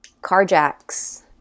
carjacks